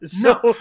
No